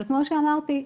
כמו שאמרתי,